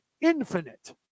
infinite